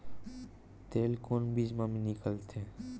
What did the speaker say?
तेल कोन बीज मा निकलथे?